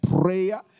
prayer